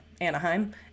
Anaheim